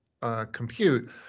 compute